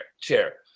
chair